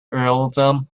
earldom